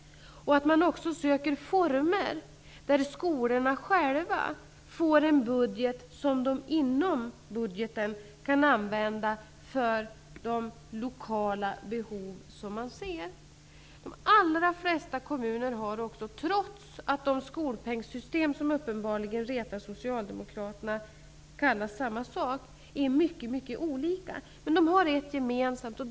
Det är också bra att man söker former där skolorna själva får en budget som de kan använda för de lokala behov som de ser, bara de håller sig inom budgeten. De allra flesta kommunerna har också ett gemensamt. Trots att skolpengssystemen, som uppenbarligen retar socialdemokraterna har en enhetlig benämnning, är de mycket olikartade.